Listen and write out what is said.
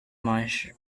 marsh